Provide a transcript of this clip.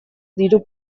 diru